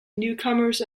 newcomers